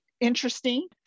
Interesting